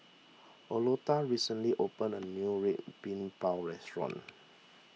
Oleta recently opened a new Red Bean Bao restaurant